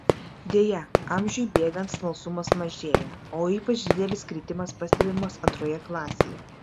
deja amžiui bėgant smalsumas mažėja o ypač didelis kritimas pastebimas antroje klasėje